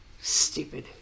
Stupid